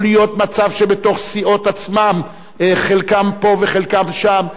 יכול להיות מצב שבתוך הסיעות עצמן חלקם פה וחלקם שם.